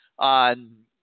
on